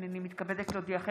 הינני מתכבדת להודיעכם,